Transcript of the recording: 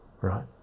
Right